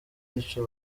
ico